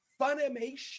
Funimation